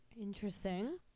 Interesting